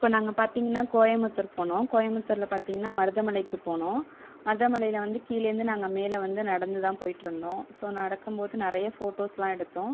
இப்போ நாங்கள் பார்த்திங்கன்னா கோயம்பத்தூர் போனோம் கோயம்பத்தூரில் பார்த்திங்கன்னா மருதமலைக்கு போனோம் மருதமலையில் வந்து கீழேந்து நாங்கள் மேலே வந்து நடந்து தான் போயிட்டு வந்தோம் ஸோ நடக்கும் போது நிறைய ஃபோட்டோஸ்லாம் எடுத்தோம்